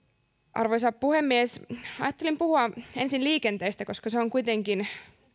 arvoisa puhemies ajattelin puhua ensin liikenteestä koska se on kuitenkin